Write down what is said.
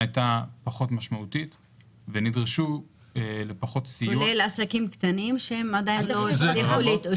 אתה מדבר על עסקים קטנים שלא הצליחו להתאושש?